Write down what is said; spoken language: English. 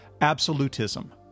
absolutism